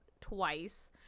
twice